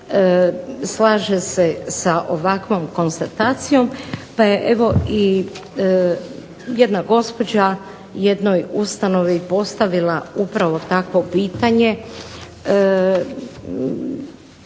slažu se sa ovakvom konstatacijom, pa je jedna gospođa jednoj ustanovi postavila upravo takvo pitanje